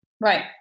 Right